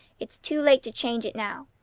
it's too late to change it now.